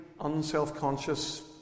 unselfconscious